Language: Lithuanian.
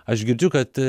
aš girdžiu kad